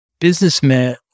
businessman